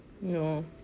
no